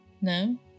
No